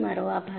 તમારો આભાર